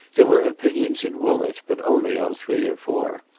there were opinions at woollett, but only on three or four.